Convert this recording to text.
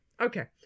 Okay